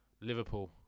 Liverpool